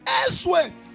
elsewhere